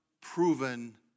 proven